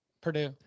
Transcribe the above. purdue